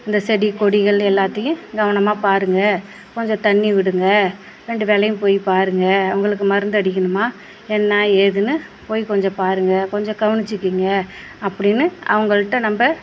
இந்த செடி கொடிகள் எல்லாத்தையும் கவனமாக பாருங்க கொஞ்சம் தண்ணி விடுங்க ரெண்டு வேளையும் போய் பாருங்க அவங்களுக்கு மருந்து அடிக்கணுமா என்ன ஏதுன்னு போய் கொஞ்சம் பாருங்க கொஞ்சம் கவனிச்சிக்கிங்க அப்படின்னு அவங்கள்ட்ட நம்ம